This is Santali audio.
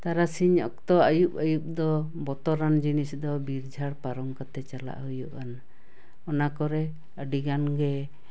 ᱛᱟᱨᱟᱥᱤᱧ ᱚᱠᱛᱚ ᱟᱹᱭᱩᱵᱼᱟᱹᱭᱩᱵ ᱫᱚ ᱵᱚᱛᱚᱨᱟᱱ ᱡᱤᱱᱤᱥ ᱫᱚ ᱵᱤᱨ ᱡᱷᱟᱲ ᱯᱟᱨᱚᱢ ᱠᱟᱛᱮ ᱪᱟᱞᱟᱜ ᱦᱩᱭᱩᱜᱼᱟᱱ ᱚᱱᱟ ᱠᱚᱨᱮ ᱟᱹᱰᱤ ᱜᱟᱱ ᱜᱮ